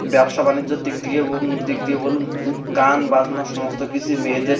ব্যবসা বাণিজ্যর দিক দিয়ে দিক দিয়ে বলুন গান বাজনা সমস্ত কিছুই মেয়েদের